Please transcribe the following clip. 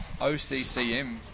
OCCM